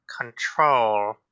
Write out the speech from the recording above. control